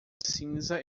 cinza